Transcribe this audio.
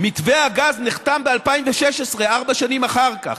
מתווה הגז נחתם ב-2016, ארבע שנים אחר כך,